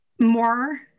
more